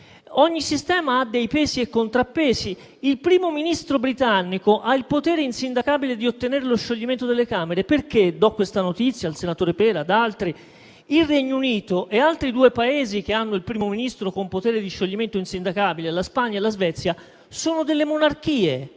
Ogni sistema ha dei pesi e contrappesi: il Primo Ministro britannico ha il potere insindacabile di ottenere lo scioglimento delle Camere, perché - do questa notizia al senatore Pera e ad altri - il Regno Unito e altri due Paesi che hanno il Primo Ministro con potere di scioglimento insindacabile (la Spagna e la Svezia) sono delle monarchie